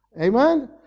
Amen